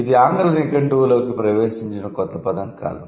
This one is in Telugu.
ఇది ఆంగ్ల నిఘంటువులోకి ప్రవేశించిన క్రొత్త పదం కాదు